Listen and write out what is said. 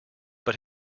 but